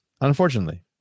unfortunately